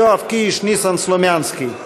יואב קיש וניסן סלומינסקי.